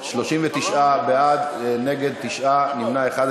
39 בעד, נגד, 9, נמנע אחד.